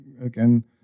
again